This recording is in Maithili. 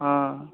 हँ